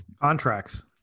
Contracts